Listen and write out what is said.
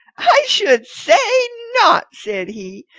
i should say not, said he.